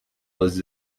las